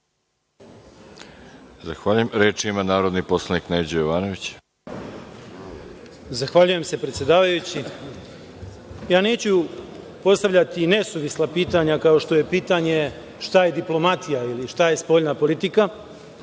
Zahvaljujem se predsedavajući. Ja neću postavljati nesuvisla pitanja kao što je pitanje šta je diplomatija ili šta je spoljna politika,